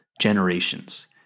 generations